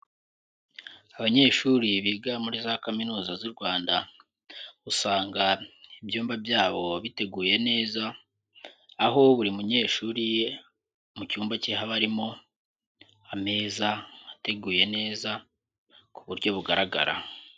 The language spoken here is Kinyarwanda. Abanyeshuri biga muri za kaminuza z'u Rwanda, usanga ibyumba byabo biteguye neza, aho buri munyeshuri mu cyumba cye habamo ameza ateguye neza ku buryo bugaragara.